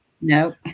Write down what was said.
No